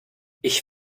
ich